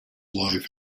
life